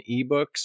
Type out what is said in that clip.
ebooks